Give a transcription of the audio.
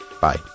bye